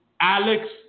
Alex